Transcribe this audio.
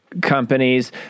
companies